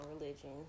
religion